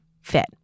fit